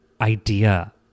idea